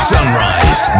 Sunrise